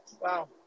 Wow